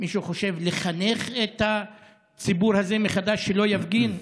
מישהו חושב לחנך את הציבור הזה מחדש כדי שלא יפגין.